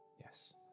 Yes